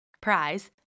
Prize